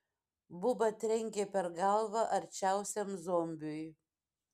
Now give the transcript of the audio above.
buba trenkė per galvą arčiausiam zombiui